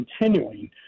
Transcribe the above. continuing